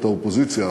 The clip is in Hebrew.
את האופוזיציה,